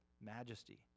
majesty